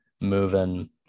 moving